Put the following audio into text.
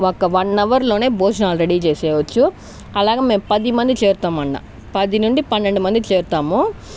ఒక వన్ అవర్లోనే భోజనాలు రెడీ చేసేయవచ్చు అలాగే మేము పది మంది చేరుతామన్న పది నుండి పన్నెండు మంది చేరుతాము